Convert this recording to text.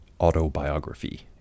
autobiography